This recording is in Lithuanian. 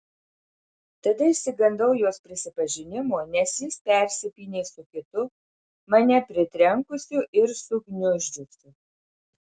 tada išsigandau jos prisipažinimo nes jis persipynė su kitu mane pritrenkusiu ir sugniuždžiusiu